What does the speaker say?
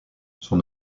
son